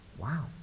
Wow